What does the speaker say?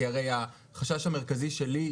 כי הרי החשש המרכזי שלי,